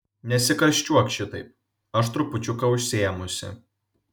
nesikarščiuok šitaip aš trupučiuką užsiėmusi